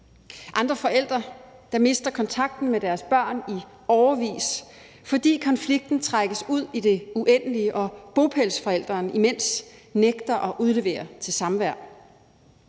andre forældre, der mister kontakten med deres børn i årevis, fordi konflikten trækkes ud i det uendelige og bopælsforælderen imens nægter at udlevere til samvær.